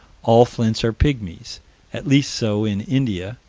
all flints are pygmies at least so in india,